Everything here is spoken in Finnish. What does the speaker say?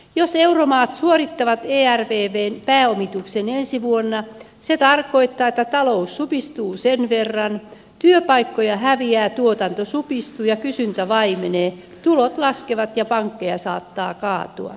jos euromaat suorittavat ervvn pääomistuksen ensi vuonna se tarkoittaa että talous supistuu sen verran työpaikkoja häviää tuotanto supistuu ja kysyntä vaimenee tulot laskevat ja pankkeja saattaa siltikin kaatua